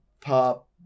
pop